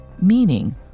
Meaning